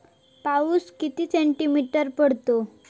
पाऊस किती सेंटीमीटर पडलो?